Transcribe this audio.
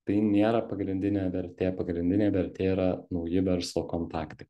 tai nėra pagrindinė vertė pagrindinė vertė yra nauji verslo kontaktai